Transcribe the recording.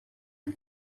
سمت